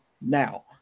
now